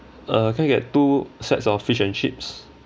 uh can we get two sets of fish and chips